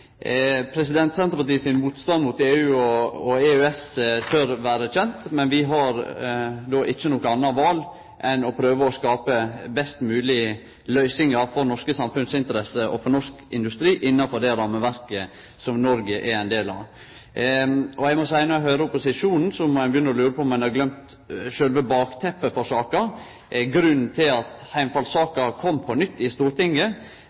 EØS-avtala. Senterpartiet sin motstand mot EU og EØS tør vere kjend, men vi har ikkje noko anna val enn å prøve å skape best moglege løysingar for norske samfunnsinteresser og for norsk industri innanfor det rammeverket som Noreg er ein del av. Eg må seie at når eg høyrer opposisjonen, begynner eg å lure på om ein har gløymt sjølve bakteppet for saka. Grunnen til at heimfallssaka kom opp på nytt i Stortinget,